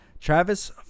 Travis